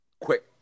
Quick